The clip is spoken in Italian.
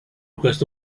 questo